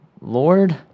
Lord